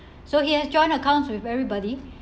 so he has joint accounts with everybody